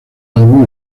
álbum